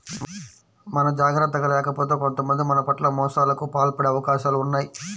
మనం జాగర్తగా లేకపోతే కొంతమంది మన పట్ల మోసాలకు పాల్పడే అవకాశాలు ఉన్నయ్